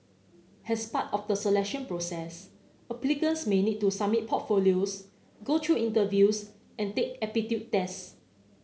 as part of the selection process applicants may need to submit portfolios go through interviews and take aptitude tests